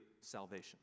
salvation